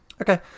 Okay